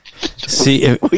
See